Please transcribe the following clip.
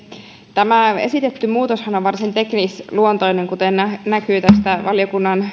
tämä esitetty muutoshan on varsin teknisluontoinen kuten näkyy tästä valiokunnan